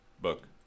book